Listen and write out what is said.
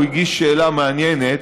הגיש שאלה מעניינת.